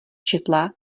četla